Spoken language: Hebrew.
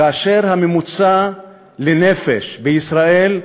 כאשר הממוצע לנפש בישראל,